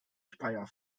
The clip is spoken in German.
speyer